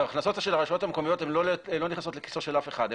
ההכנסות של הרשויות המקומיות לא נכנסות לכיסו של אף אחד,